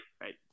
Right